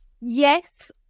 yes